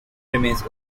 remains